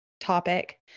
topic